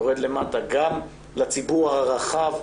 יורד למטה גם לציבור הרחב,